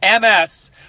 MS